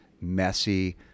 messy